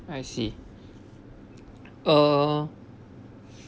I see uh